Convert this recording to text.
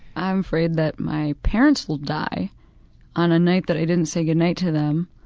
i'm afraid that my parents will die on a night that i didn't say goodnight to them,